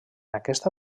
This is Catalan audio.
aquesta